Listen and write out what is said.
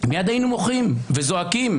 מיד היינו מוחים וזועקים.